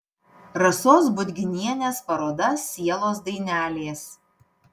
rasos budginienės paroda sielos dainelės